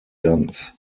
ganz